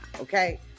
okay